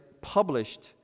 published